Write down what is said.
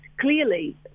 clearly